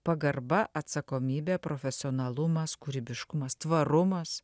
pagarba atsakomybė profesionalumas kūrybiškumas tvarumas